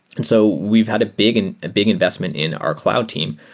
and so we've had a big and big investment in our cloud team,